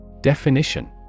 Definition